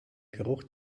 geruch